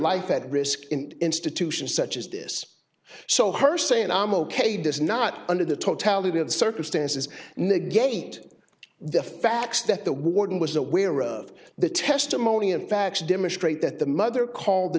life at risk in institutions such as this so her saying i'm ok does not under the totality of the circumstances negate the facts that the warden was aware of the testimony and facts demonstrate that the mother called the